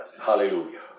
Hallelujah